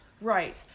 Right